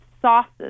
sauces